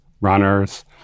runners